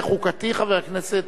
אני קובע שהצעת החוק של חבר הכנסת